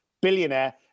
billionaire